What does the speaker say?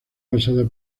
basada